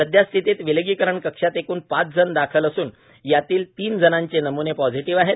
सद्यस्थितीत विलगीकरण कक्षात एकूण पाच जण दाखल असून यातील तीन जणांचे नमुने पॉझेटिव्ह आहेत